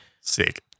Sick